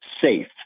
safe